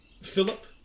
Philip